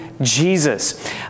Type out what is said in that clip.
Jesus